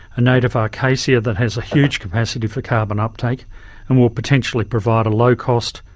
a native ah acacia that has a huge capacity for carbon uptake and will potentially provide a low cost,